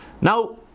now